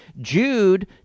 Jude